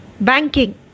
Banking